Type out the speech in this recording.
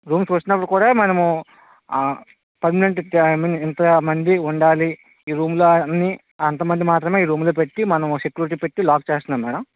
rooms ఇస్తున్నప్పుడు కూడా మనము పర్మినెంట్ మిన్ ఇంత మంది ఉండాలి ఈ రూమ్లో అన్నీ అంత మంది మాత్రమే ఈ పెట్టి మనం సెక్యురిటీ పెట్టి లాక్ చేస్తున్నాము మేడమ్